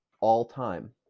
all-time